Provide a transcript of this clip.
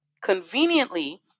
conveniently